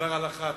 בדבר הלכה,